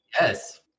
Yes